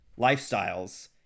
lifestyles